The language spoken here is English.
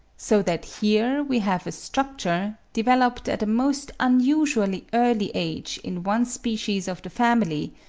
so that here we have a structure, developed at a most unusually early age in one species of the family,